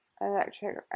electric